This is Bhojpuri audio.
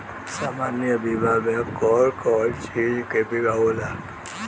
सामान्य बीमा में कवन कवन चीज के बीमा होला?